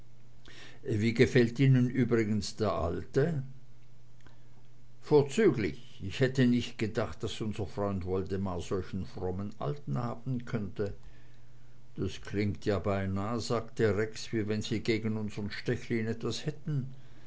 wie gefällt ihnen übrigens der alte vorzüglich ich hätte nicht gedacht daß unser freund woldemar solchen famosen alten haben könnte das klingt ja beinah sagte rex wie wenn sie gegen unsern stechlin etwas hätten